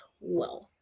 wealth